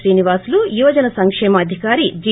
శ్రీనివాసులు యువజన సంకేమాధికారి జి